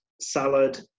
Salad